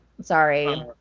Sorry